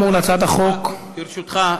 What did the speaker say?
ברשותך,